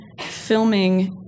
filming